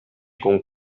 con